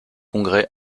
congrès